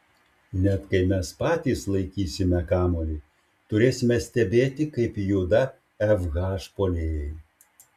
net kai mes patys laikysime kamuolį turėsime stebėti kaip juda fh puolėjai